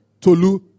Tolu